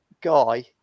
Guy